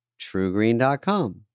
TrueGreen.com